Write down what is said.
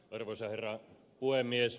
arvoisa herra puhemies